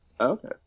Okay